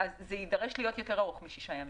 זה יידרש להיות יותר ארוך משישה ימים.